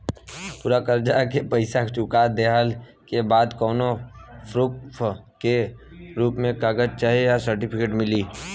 पूरा कर्जा के पईसा चुका देहला के बाद कौनो प्रूफ के रूप में कागज चाहे सर्टिफिकेट मिली?